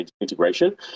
integration